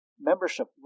membership